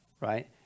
right